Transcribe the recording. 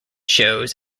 shows